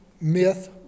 myth